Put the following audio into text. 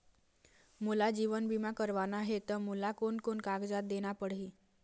मोला जीवन बीमा करवाना हे ता मोला कोन कोन कागजात देना पड़ही?